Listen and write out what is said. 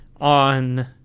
on